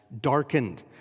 darkened